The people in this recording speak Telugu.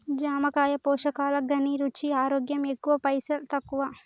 జామకాయ పోషకాల ఘనీ, రుచి, ఆరోగ్యం ఎక్కువ పైసల్ తక్కువ